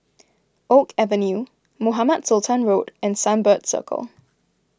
Oak Avenue Mohamed Sultan Road and Sunbird Circle